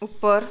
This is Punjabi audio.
ਉੱਪਰ